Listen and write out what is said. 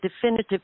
definitive